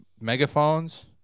megaphones